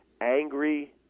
angry